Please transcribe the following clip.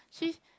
she's